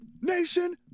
nation